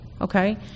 okay